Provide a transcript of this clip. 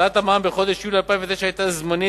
העלאת המע"מ בחודש יולי 2009 היתה זמנית,